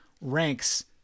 ranks